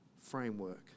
framework